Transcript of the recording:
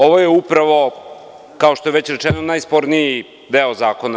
Ovo je upravo, kao što je već rečeno, najsporniji deo zakona.